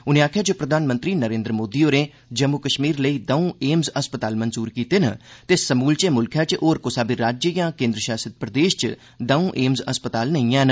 उनें आखेआ जे प्रधानमंत्री नरेन्द्र मोदी होरें जम्मू कश्मीर लेई दौं एम्स अस्पताल मंजूर कीते न ते समूलचे मुल्खै च होर कुसा बी राज्य यां केन्द्र शासित प्रदेश च दौं एम्स अस्पताल नेई हैन